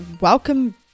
welcome